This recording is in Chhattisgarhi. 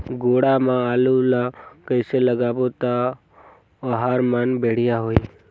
गोडा मा आलू ला कइसे लगाबो ता ओहार मान बेडिया होही?